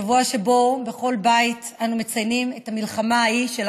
שבוע שבו בכל בית אנו מציינים את המלחמה ההיא של